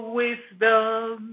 wisdom